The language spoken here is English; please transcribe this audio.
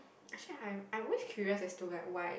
actually I I always curious as to like why